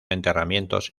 enterramientos